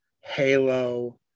halo